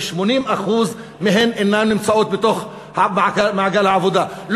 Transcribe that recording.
ש-80% מהן אינן נמצאות במעגל העבודה,